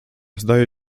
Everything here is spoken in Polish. zdaje